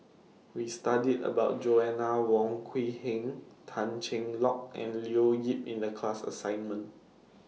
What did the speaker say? We studied about Joanna Wong Quee Heng Tan Cheng Lock and Leo Yip in The class assignment